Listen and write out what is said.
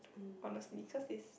honestly cause it's